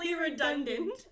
redundant